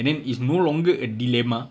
and then it's no longer a dilemma